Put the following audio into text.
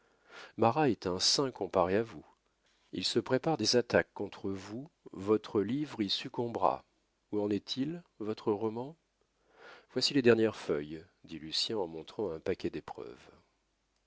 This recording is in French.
marat est un saint comparé à vous il se prépare des attaques contre vous votre livre y succombera où en est-il votre roman voici les dernières feuilles dit lucien en montrant un paquet d'épreuves